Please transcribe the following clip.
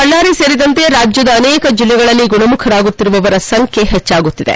ಬಳ್ಳಾರಿ ಸೇರಿದಂತೆ ರಾಜ್ಯದ ಅನೇಕ ಜಿಲ್ಲೆಗಳಲ್ಲಿ ಗುಣಮುಖರಾಗುತ್ತಿರುವವರ ಸಂಖ್ಯೆ ಹೆಚ್ಚಾಗುತ್ತಿದೆ